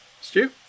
Stu